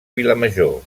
vilamajor